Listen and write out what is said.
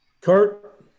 Kurt